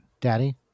Daddy